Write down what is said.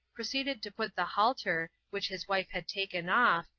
proceeded to put the halter, which his wife had taken off,